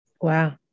Wow